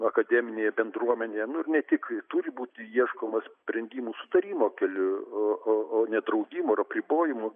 akademinėje bendruomenėje nu ir ne tik turi būti ieškoma sprendimų sutarimo keliu o ne draudimų apribojimų